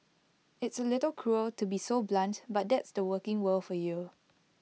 it's A little cruel to be so blunt but that's the working world for you